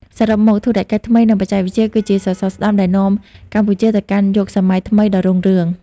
សរុបមក ធុរកិច្ចថ្មី និងបច្ចេកវិទ្យាគឺជាសសរស្តម្ភដែលនាំកម្ពុជាទៅកាន់យុគសម័យថ្មីដ៏រុងរឿង។